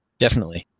definitely.